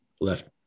left